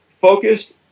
focused